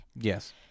Yes